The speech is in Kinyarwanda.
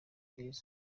bwiza